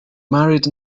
married